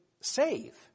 save